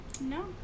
No